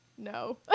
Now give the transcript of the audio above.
No